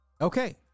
Okay